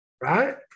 right